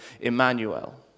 Emmanuel